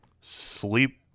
Sleep